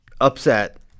upset